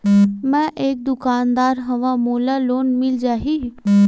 मै एक दुकानदार हवय मोला लोन मिल जाही?